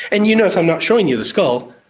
and you notice i'm not showing you the skull,